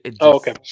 Okay